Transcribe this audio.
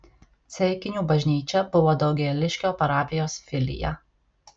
ceikinių bažnyčia buvo daugėliškio parapijos filija